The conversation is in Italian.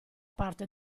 parte